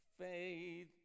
Faith